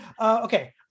okay